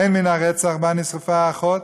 הן מן הרצח, שבו נשרפה האחות